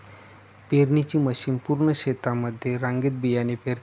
पेरणीची मशीन पूर्ण शेतामध्ये रांगेत बियाणे पेरते